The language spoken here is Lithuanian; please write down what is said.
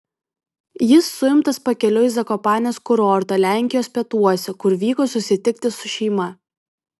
jis suimtas pakeliui į zakopanės kurortą lenkijos pietuose kur vyko susitikti su šeima